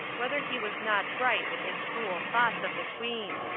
whether he was not right in his cruel thoughts of the queen.